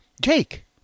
Jake